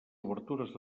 obertures